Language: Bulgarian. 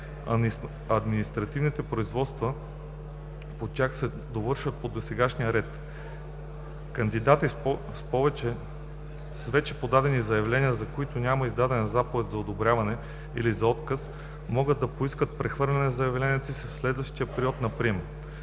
административните производства по тях се довършват по досегашния ред. Кандидати с вече подадени заявления, за които няма издадена заповед за одобрение или за отказ, могат да поискат прехвърляне на заявлението си в следващ период на прием.